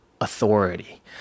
authority